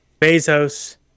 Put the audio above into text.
Bezos